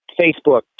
Facebook